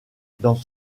dans